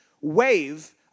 wave